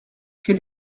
quel